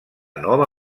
nova